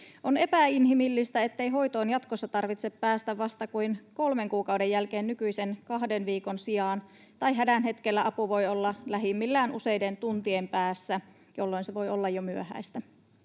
On epäinhimillistä, ettei hoitoon jatkossa tarvitse päästä vasta kuin kolmen kuukauden jälkeen nykyisen kahden viikon sijaan tai että hädän hetkellä apu voi olla lähimmillään useiden tuntien päässä, jolloin se voi olla jo myöhäistä.